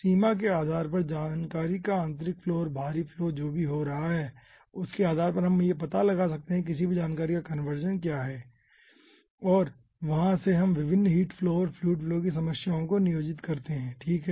सीमा के आधार पर जानकारी का आंतरिक फ्लो और बाहरी फ्लो जो भी हो रहा है उसके आधार पर हम पता लगा सकते हैं कि किसी भी जानकारी का कंजर्वेशन क्या है और वहाँ से हम विभिन्न हीट फ्लो और फ्लूइड फ्लो की समस्याओं को नियोजित करते हैं ठीक है